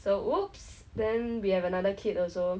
so !oops! then we have another kid also